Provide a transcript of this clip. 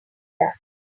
that